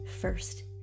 first